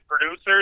producers